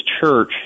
church